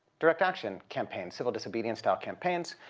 direct action campaigns civil disobedience style campaigns.